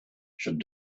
should